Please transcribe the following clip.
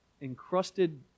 encrusted